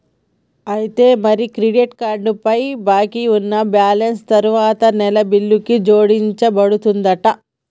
అయితే మరి credit card పై బాకీ ఉన్న బ్యాలెన్స్ తరువాత నెల బిల్లుకు జోడించబడుతుందంట